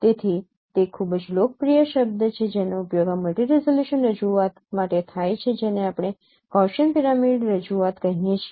તેથી તે ખૂબ જ લોકપ્રિય શબ્દ છે જેનો ઉપયોગ આ મલ્ટિ રિઝોલ્યુશન રજૂઆત માટે થાય છે જેને આપણે ગૌસીયન પિરામિડ રજૂઆત કહીએ છીએ